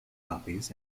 copies